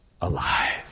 alive